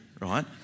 right